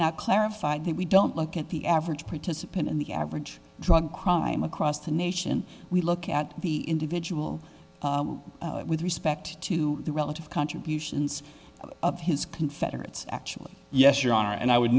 not clarified that we don't look at the average participant in the average drug crime across the nation we look at the individual with respect to the relative contributions of his confederates actually yes your honor and i would